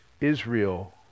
Israel